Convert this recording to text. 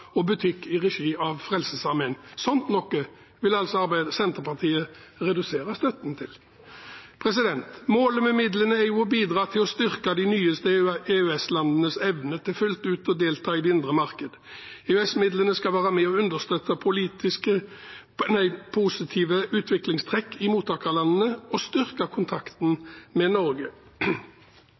og ikke minst gjenbrukssentral og butikk i regi av Frelsesarmeen. Sånt vil altså Senterpartiet redusere støtten til. Målet med midlene er å bidra til å styrke de nyeste EØS-landenes evne til fullt ut å delta i det indre marked. EØS-midlene skal være med og understøtte positive utviklingstrekk i mottakerlandene og styrke kontakten med Norge.